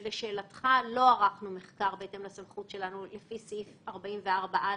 לא ערכנו מחקר בהתאם לסמכות שלנו לפי סעיף 44א'